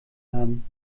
haben